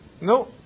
No